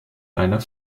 einer